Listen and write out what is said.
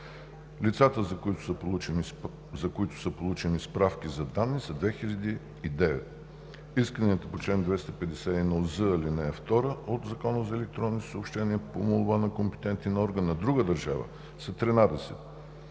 Лицата, за които са получени справка за данни, са 2009. Исканията по чл. 251з, ал. 2 от Закона за електронните съобщения по молба на компетентен орган на друга държава са 13.